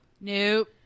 Nope